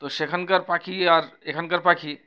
তো সেখানকার পাখি আর এখানকার পাখি